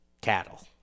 cattle